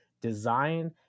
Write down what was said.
design